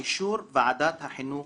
"ובאישור ועדת החינוך